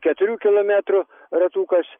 keturių kilometrų ratukas